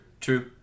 true